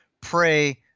pray